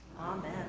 Amen